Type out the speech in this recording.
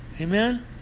Amen